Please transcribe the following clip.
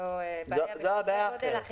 זו בעיה בסדרי גודל אחרים.